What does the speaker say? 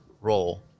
role